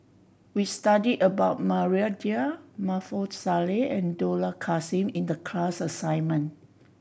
we studied about Maria Dyer Maarof Salleh and Dollah Kassim in the class assignment